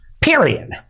period